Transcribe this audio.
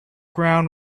ground